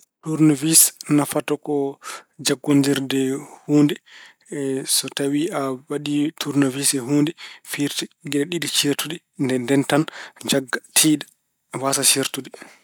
Tuurnawis nafata ko jaggondirde huunde. So tawi a waɗi tuurnawis e huunde firti geɗe ɗiɗi ceertuɗe, ɗe ndenntan, jannga, tiiɗa, waasaa seertude.